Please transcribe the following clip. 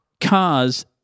cars –